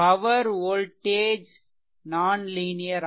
power - voltage nonlinear